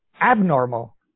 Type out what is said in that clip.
Abnormal